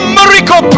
miracle